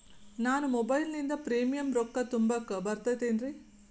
ನಾನು ಮೊಬೈಲಿನಿಂದ್ ಪ್ರೇಮಿಯಂ ರೊಕ್ಕಾ ತುಂಬಾಕ್ ಬರತೈತೇನ್ರೇ?